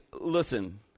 listen